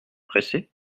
pressé